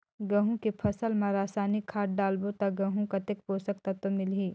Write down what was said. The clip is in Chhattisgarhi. गंहू के फसल मा रसायनिक खाद डालबो ता गंहू कतेक पोषक तत्व मिलही?